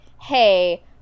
hey